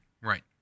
Right